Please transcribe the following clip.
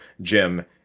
Jim